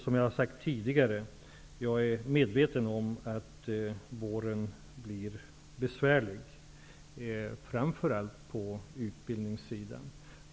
Som jag har sagt tidigare är jag medveten om att våren kommer att bli besvärlig, framför allt på utbildningssidan.